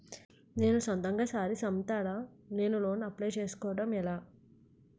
నేను సొంతంగా శారీస్ అమ్ముతాడ, నేను లోన్ అప్లయ్ చేసుకోవడం ఎలా?